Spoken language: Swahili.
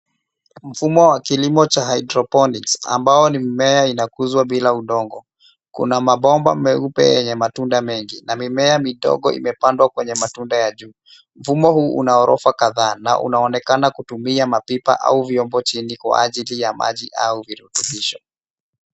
Mfumo wa kilimo cha hydroponics ambao ni mimea inakuzwa bila udongo. Kuna mabomba meupe yenye matunda mengi na mimea midogo imepandwa kwenye matunda ya juu. Mfumo huu una orofa kadhaa na unaonekana kutumia mapipa au vyombo chini kwa ajili ya maji au virutubisho.